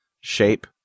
shape